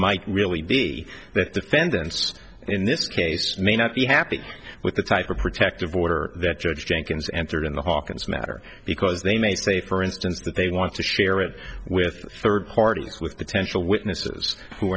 might really be that defendants in this case may not be happy with the type of protective order that judge jenkins entered in the hawkins matter because they may say for instance that they want to share it with third parties with potential witnesses who